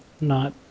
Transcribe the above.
not-